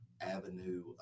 avenue